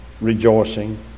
rejoicing